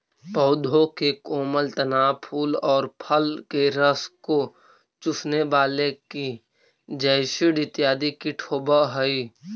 पौधों के कोमल तना, फूल और फल के रस को चूसने वाले की जैसिड इत्यादि कीट होवअ हई